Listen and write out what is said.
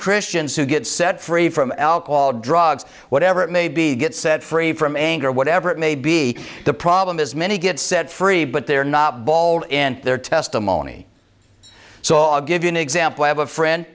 christians who get set free from elke all drugs whatever it may be get set free from anger whatever it may be the problem is many get set free but they're not bald in their testimony so i'll give you an example i have a friend